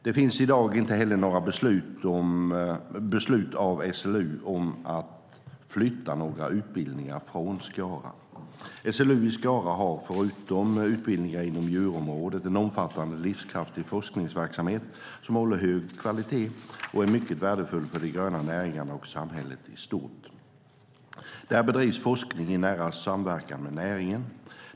Det finns i dag inte heller något beslut av SLU om att flytta några utbildningar från Skara. SLU i Skara har, förutom utbildningar inom djurområdet, en omfattande och livskraftig forskningsverksamhet som håller hög kvalitet och är mycket värdefull för de gröna näringarna och samhället i stort. Där bedrivs forskningen i nära samverkan med näringen.